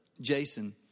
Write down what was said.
Jason